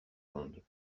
ronde